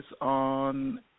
on